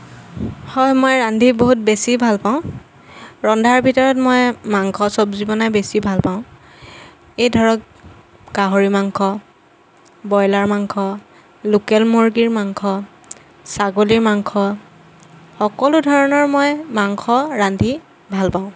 হয় মই ৰান্ধি বহুত বেছি ভাল পাওঁ ৰন্ধাৰ ভিতৰত মই মাংস চব্জি বনাই বেছি ভাল পাওঁ এই ধৰক গাহৰি মাংস ব্ৰইলাৰ মাংস লোকেল মুৰ্গীৰ মাংস ছাগলীৰ মাংস সকলো ধৰণৰ মই মাংস ৰান্ধি ভাল পাওঁ